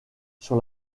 sur